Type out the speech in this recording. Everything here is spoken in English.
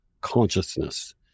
consciousness